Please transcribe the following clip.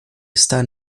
estar